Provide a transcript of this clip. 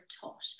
taught